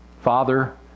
Father